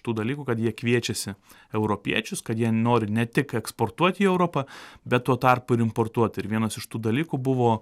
tų dalykų kad jie kviečiasi europiečius kad jie nori ne tik eksportuot į europą bet tuo tarpu ir importuot ir vienas iš tų dalykų buvo